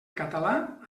català